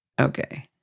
Okay